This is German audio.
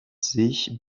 sich